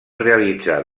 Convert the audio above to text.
realitzar